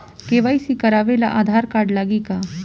KYC करावे ला Aadhaar card लागी का?